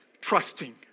Trusting